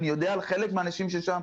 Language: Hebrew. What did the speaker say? אני יודע על חלק מהאנשים ששם,